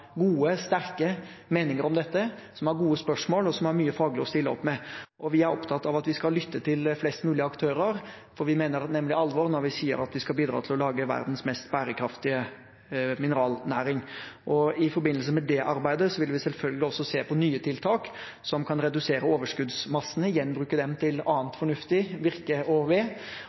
mye faglig å stille opp med. Vi er opptatt av at vi skal lytte til flest mulig aktører, for vi mener nemlig alvor når vi sier at vi skal bidra til å lage verdens mest bærekraftige mineralnæring. I forbindelse med det arbeidet vil vi selvfølgelig også se på nye tiltak som kan redusere overskuddsmassene og gjenbruke dem til annet fornuftig virke. I det arbeidet vil vi også se på behovet for deponier og